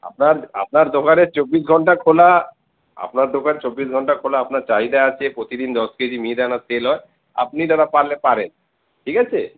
আপনার আপনার দোকানে চব্বিশ ঘণ্টা খোলা আপনার দোকান চব্বিশ ঘণ্টা খোলা আপনার চাহিদা আছে প্রতিদিন দশ কেজি মিহিদানা সেল হয় আপনি দাদা পারলে পারেন ঠিক আছে